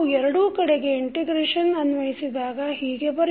ನಾವು ಎರಡೂ ಕಡೆಗೆ ಇಂಟಿಗ್ರೇಷನ್ ಅನ್ವಯಿಸಿದಾಗ ಹೀಗೆ ಬರೆಯಬಹುದು